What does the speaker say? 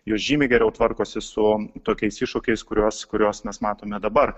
jos žymiai geriau tvarkosi su tokiais iššūkiais kuriuos kuriuos mes matome dabar